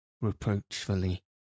reproachfully